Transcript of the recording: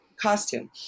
costume